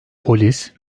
polis